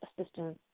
assistance